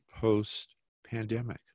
post-pandemic